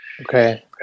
okay